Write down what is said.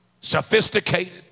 sophisticated